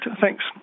Thanks